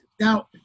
now